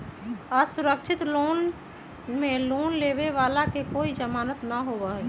असुरक्षित लोन में लोन लेवे वाला के कोई जमानत न होबा हई